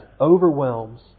overwhelms